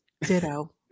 Ditto